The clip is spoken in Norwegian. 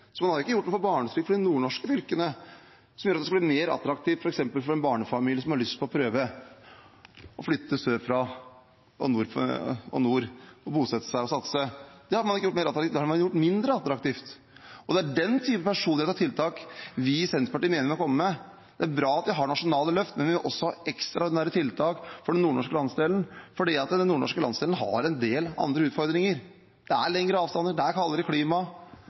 Man har ikke gjort noe med barnetrygden for de nordnorske fylkene for å gjøre det mer attraktivt f.eks. for en barnefamilie som har lyst til å prøve å flytte sørfra og nordover, bosette seg og satse. Det har man ikke gjort mer attraktivt, man har gjort det mindre attraktivt. Det er den typen personrettede tiltak vi i Senterpartiet mener man må komme med. Det er bra at vi har nasjonale løft, men vi må også ha ekstraordinære tiltak for den nordnorske landsdelen fordi den nordnorske landsdelen har en del andre utfordringer. Det er lengre avstander, det er kaldere klima.